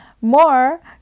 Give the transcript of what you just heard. more